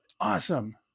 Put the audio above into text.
awesome